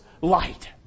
light